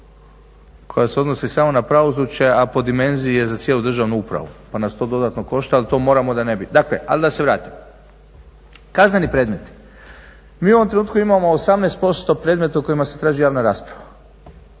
koja se odnosi smo na pravosuđe a po dimenziji je za cijelu Državnu upravu pa nas to dodatno košta ali to moramo da ne bi, dakle, ali da se vratimo. Kazneni predmeti. Mi u ovom trenutku imamo 18% predmeta o kojima se traži javna rasprava.